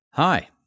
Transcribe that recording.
Hi